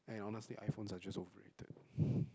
and honestly iPhones are just overrated